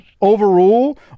overrule